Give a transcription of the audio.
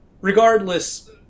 regardless